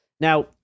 Now